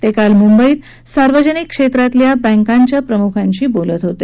ते काल मुंबईत सार्वजनिक क्षेत्रातल्या बँकांच्या प्रमुखांशी बोलत होते